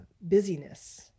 busyness